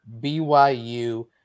BYU